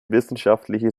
wissenschaftliche